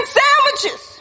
sandwiches